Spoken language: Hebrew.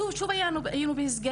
ושוב היינו בסגרים,